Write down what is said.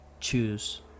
choose